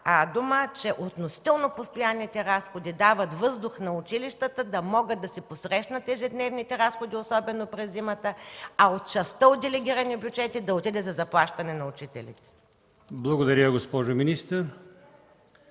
разбрала. Относително постоянните разходи дават въздух на училищата да могат да си посрещнат ежедневните разходи, особено през зимата, а от частта от делегирани бюджети да отиде за заплащане на учителите. ПРЕДСЕДАТЕЛ АЛИОСМАН